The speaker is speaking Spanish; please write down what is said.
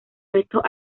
restos